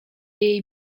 jej